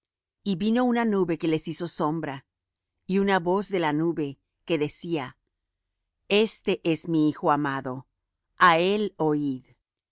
y vino una nube que les hizo sombra y una voz de la nube que decía este es mi hijo amado á él oíd